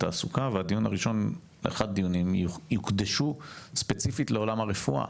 ואחד הדיונים יוקדשו ספציפית לעולם הרפואה